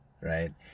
right